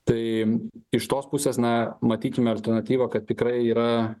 tai iš tos pusės na matykime alternatyvą kad tikrai yra